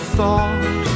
thought